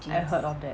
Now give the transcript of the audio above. I heard of that